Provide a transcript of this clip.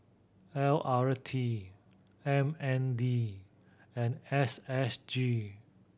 L R T M N D and S S G